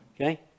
Okay